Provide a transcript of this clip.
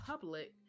public